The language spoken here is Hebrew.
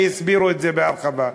והסבירו בהרחבה.